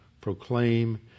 proclaim